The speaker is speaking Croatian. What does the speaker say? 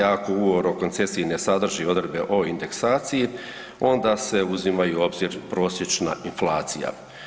Ako Ugovor o koncesiji ne sadrži odredbe o indeksaciji onda se uzima i u obzir prosječna inflacija.